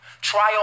Trial